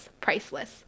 priceless